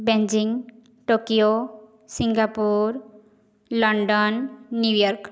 Beijing Tokyo Singapore London New York